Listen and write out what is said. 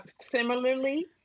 similarly